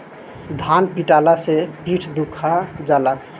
धान पिटाला से पीठ दुखा जाला